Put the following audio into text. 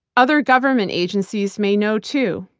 other government agencies may know too,